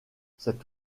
cet